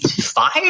Five